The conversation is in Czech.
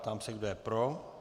Ptám se, kdo je pro.